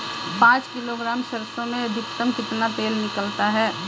पाँच किलोग्राम सरसों में अधिकतम कितना तेल निकलता है?